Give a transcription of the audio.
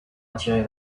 attirer